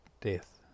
death